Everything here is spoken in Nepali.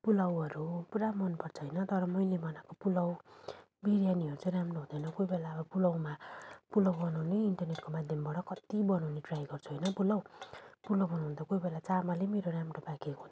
पुलावहरू पुरा मन पर्छ होइन तर मैले बनाएको पुलाव बिर्यानीहरू चाहिँ राम्रो हुँदैन कोही बेला अब पुलावमा पुलाव बनाउनै इन्टरनेटको माध्यमबाट कति बनाउने ट्राई गर्छु होइन पुलाव पुलाव बनाउँदा कोही बेला चामलै मेरो राम्रो पाकेको हुँदैन